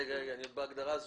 רגע, אני עוד בהגדרה הזאת.